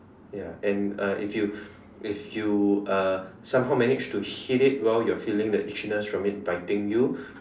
ya and uh if you if you uh somehow managed to hit it while you are feeling the itchiness from it biting you